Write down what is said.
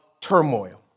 turmoil